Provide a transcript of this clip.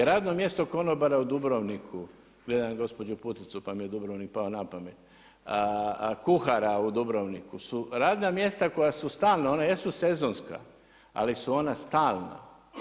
Radno mjesto konobara u Dubrovniku, gledam gospođu Puticu pa mi je Dubrovnik pao na pamet, kuhara u Dubrovniku su radna mjesta koja su stalna, ona jesu sezonska, ali su ona stalna.